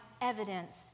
evidence